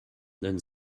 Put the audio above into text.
then